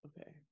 Okay